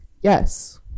Yes